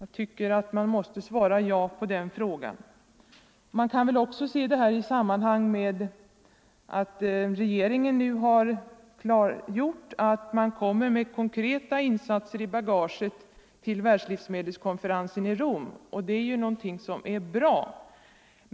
Jag menar att man måste svara jakande på den frågan. Regeringen har klargjort att den kommer med konkreta insatser i bagaget till världslivsmedelskonferensen i Rom, och det är bra.